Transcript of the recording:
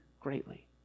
greatly